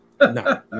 no